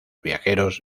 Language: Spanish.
viajeros